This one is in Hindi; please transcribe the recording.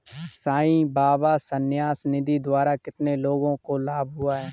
साई बाबा न्यास निधि द्वारा कितने लोगों को लाभ हुआ?